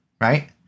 right